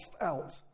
out